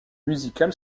musical